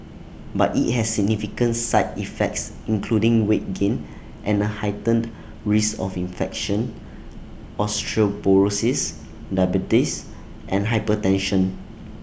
but IT has significant side effects including weight gain and A heightened risk of infection osteoporosis diabetes and hypertension